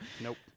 Nope